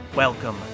Welcome